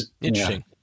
Interesting